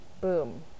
Boom